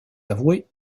avouer